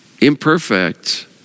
imperfect